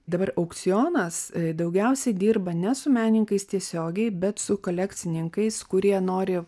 dabar aukcionas daugiausiai dirba ne su menininkais tiesiogiai bet su kolekcininkais kurie nori